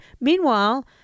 Meanwhile